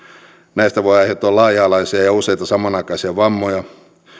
näistä voi aiheutua laaja alaisia ja ja useita samanaikaisia vammoja